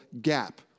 gap